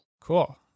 Cool